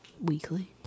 weekly